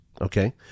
okay